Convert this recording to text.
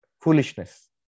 Foolishness